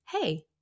Hey